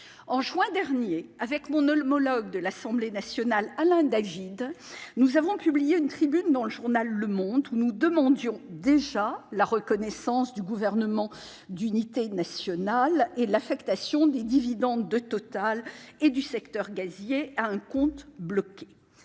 En juin dernier, mon homologue de l'Assemblée nationale, Alain David, et moi-même avons publié une tribune dans le journal, dans laquelle nous demandions déjà la reconnaissance du gouvernement d'unité nationale et l'affectation des dividendes de Total et du secteur gazier à un compte bloqué.